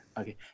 okay